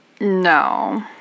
No